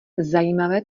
zajímavé